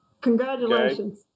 Congratulations